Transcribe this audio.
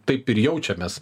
taip ir jaučiamės